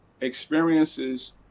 Experiences